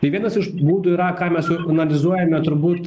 tai vienas iš būdų yra ką mes analizuojame turbūt